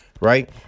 Right